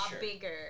bigger